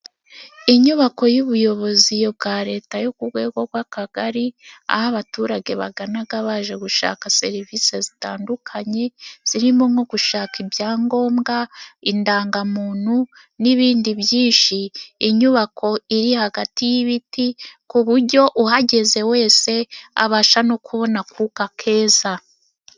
Inyubako y'ubuyobozi bwa leta yo ku rwego rw'akagari aho abaturage baganaga, baje gushaka serivisi zitandukanye zirimo nko gushaka ibyangombwa indangamuntu n'ibindi byishi,, inyubako iri hagati y'ibiti ku bujyo uhageze wese abasha no kubona akuka keza.